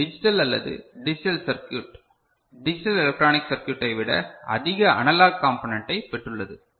இது டிஜிட்டல் அல்லது digital circuit digital electronic சர்க்யூட்டை விட அதிக அனலாக் காம்பணெண்டை பெற்றுள்ளது